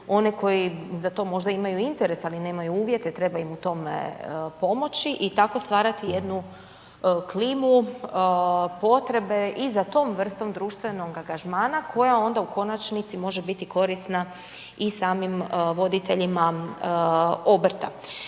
oni koji za to možda imaju interes, ali nemaju uvjete treba im u tome pomoći i tako stvarati jednu klimu potrebe i za tom vrstom društvenog angažmana koja onda u konačnici može biti korisna i samim voditeljima obrta.